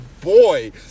Boy